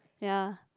ya